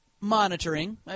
monitoring